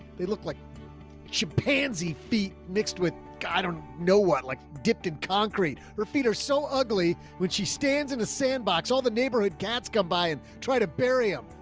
they look like chimpanzee feet mixed with god. i don't know what, like dipped in concrete, her feet are so ugly when she stands in a sandbox. all the neighborhood cats come by and try to bury him.